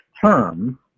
term